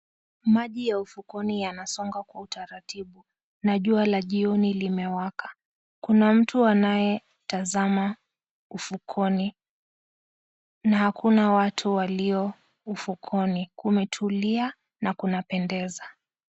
Maji ufukoni anasonga kwa utaratibu, na jua la jioni limewaka. Kuna mtu anayetazama ufukoni, na hakuna watu walio ufukoni. Kumetulia na kunapendeza.